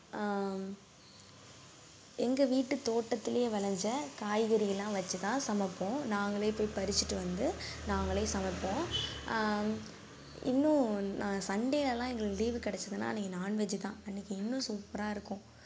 எங்கள் வீட்டு தோட்டத்துலேயே விளைஞ்ச காய்கறியெல்லாம் வெச்சு தான் சமைப்போம் நாங்களே போய் பறிச்சுட்டு வந்து நாங்களே சமைப்போம் இன்னும் நான் சண்டேலெல்லாம் எங்களுக்கு லீவு கிடச்சிதுன்னா அன்றைக்கி நான்வெஜ்ஜு தான் அன்றைக்கி இன்னும் சூப்பராக இருக்கும்